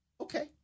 Okay